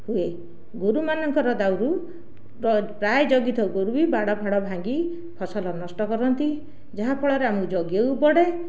ହୁଏ ଗୋରୁମାନଙ୍କର ଦାଉରୁ ପ୍ରାୟ ଜଗିଥାଉ ଗୋରୁ ବି ବାଡ଼ ଫାଡ଼ ଭାଙ୍ଗି ଫସଲ ନଷ୍ଟ କରନ୍ତି ଯାହାଫଳରେ ଆମକୁ ଜଗିବାକୁ ପଡ଼େ